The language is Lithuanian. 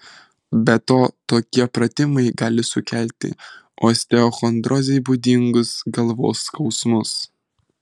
be to tokie pratimai gali sukelti osteochondrozei būdingus galvos skausmus